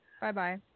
Bye-bye